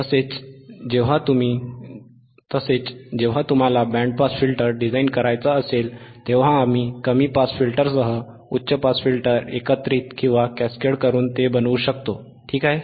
तसेच जेव्हा तुम्हाला बँड पास फिल्टर डिझाइन करायचा असेल तेव्हा आम्ही कमी पास फिल्टरसह उच्च पास फिल्टर एकत्रित किंवा कॅस्केड करून ते बनवू शकतो ठीक आहे